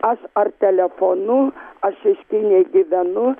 aš ar telefonu aš šeškinėj gyvenu